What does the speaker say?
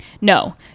No